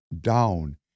down